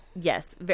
yes